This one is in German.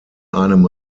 einem